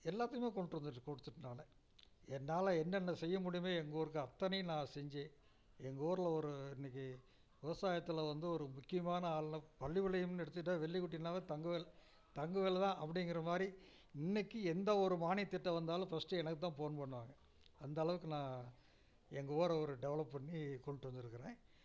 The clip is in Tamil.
எல்லாத்துக்குமே கொண்டு வந்துட்டு கொடுத்துட்டேன் நான் என்னால் என்னென்ன செய்ய முடியுமோ எங்கள் ஊருக்கு அத்தனையும் நான் செஞ்சு எங்கள் ஊர்ல ஒரு இன்றைக்கி விவசாயத்தில் வந்து ஒரு முக்கியமான ஆளுனால் பள்ளிபாளையம் எடுத்துகிட்டா வெள்ளிகுட்டினாவே தங்கவேல் தங்கவேல் தான் அப்படிங்கிற மாதிரி இன்றைக்கி எந்த ஒரு மானிய திட்டம் வந்தாலும் ஃபர்ஸ்டு எனக்கு தான் போன் பண்ணுவாங்க அந்த அளவுக்கு நான் எங்கள் ஊரை ஒரு டெவலப் பண்ணி கொண்டு வந்துருக்கிறேன்